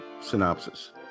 synopsis